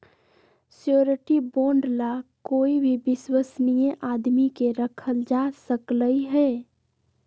surety bond ला कोई भी विश्वस्नीय आदमी के रखल जा सकलई ह